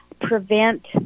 prevent